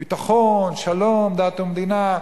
ביטחון, שלום, דת ומדינה.